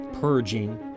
purging